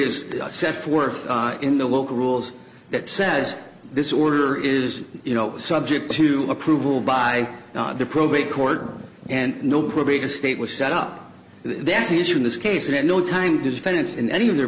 is set forth in the local rules that says this order is you know subject to approval by the probate court and no probate estate was set up this issue in this case and at no time did defendants in any of their